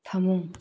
ꯐꯃꯨꯡ